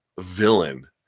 villain